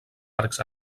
arcs